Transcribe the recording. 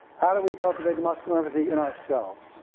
how do we cultivate the muscular empathy in ourselves?